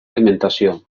alimentació